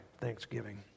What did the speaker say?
Thanksgiving